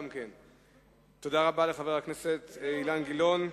תודה רבה, חבר הכנסת אילן גילאון.